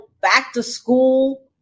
back-to-school